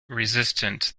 resistant